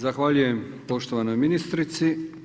Zahvaljujem poštovanoj ministrici.